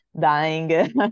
dying